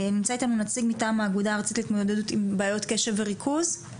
נמצא איתנו נציג מטעם האגודה הארצית להתמודדות עם בעיות קשב וריכוז,